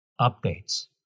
updates